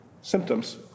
symptoms